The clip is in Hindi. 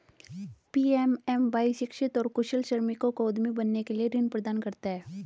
पी.एम.एम.वाई शिक्षित और कुशल श्रमिकों को उद्यमी बनने के लिए ऋण प्रदान करता है